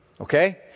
Okay